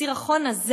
הסירחון הזה